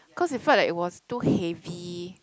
cause it felt like it was too heavy